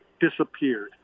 disappeared